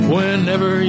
Whenever